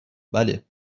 بله